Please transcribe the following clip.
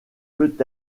peut